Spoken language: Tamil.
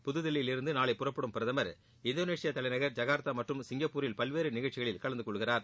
புத்தில்லியிலிருந்து நாளை புறப்படும் பிரதமர் இந்தோனேஷியா தலைநகர் ஜகார்தா மற்றும் சிங்கப்பூரில் பல்வேறு நிகழ்ச்சிகளில் கலந்து கொள்கிறார்